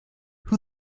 who